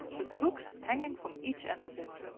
with hooks hanging from each end of it.